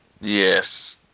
Yes